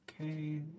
Okay